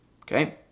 Okay